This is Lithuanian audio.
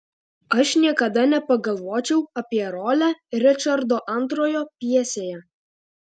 aš niekada nepagalvočiau apie rolę ričardo ii pjesėje